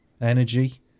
energy